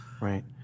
Right